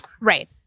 Right